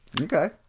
Okay